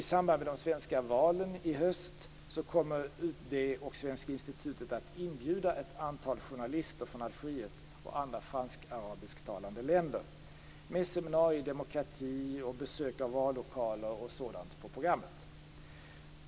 I samband med de svenska valen i september i år kommer dessutom Utrikesdepartementet och Svenska institutet att inbjuda ett antal journalister från Algeriet och andra fransk-arabisktalande länder, med seminarier i demokrati och besök av vallokaler m.m. på programmet.